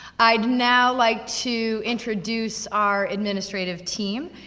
i'd now like to introduce our administrative team.